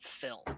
film